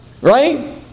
Right